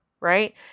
right